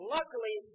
Luckily